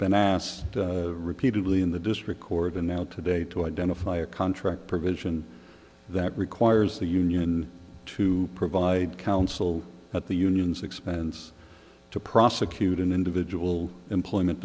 been asked repeatedly in the district court and now today to identify a contract provision that requires the union to provide counsel at the union's expense to prosecute an individual employment